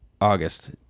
August